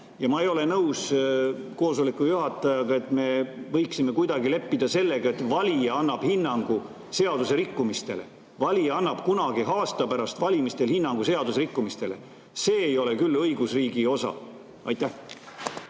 Ja ma ei ole nõus koosoleku juhatajaga, et me võiksime kuidagi leppida sellega, et valija annab hinnangu seadusrikkumistele. Valija annab kunagi aasta pärast valimistel hinnangu seadusrikkumistele. See ei ole küll õigusriigi osa. Aitäh!